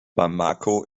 bamako